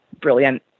brilliant